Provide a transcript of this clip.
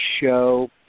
show